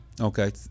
Okay